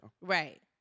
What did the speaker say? Right